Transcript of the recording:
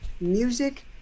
music